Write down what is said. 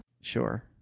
Sure